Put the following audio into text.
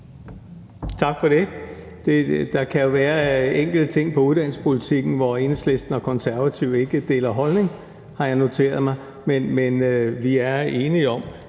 Tak for det. Der kan være enkelte ting i forbindelse med uddannelsespolitikken, hvor Enhedslisten og Konservative ikke deler holdning, har jeg noteret mig, men vi er enige om,